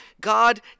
God